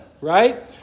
right